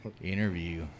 interview